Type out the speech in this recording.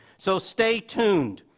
so stay tuned.